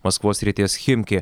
maskvos srities chimki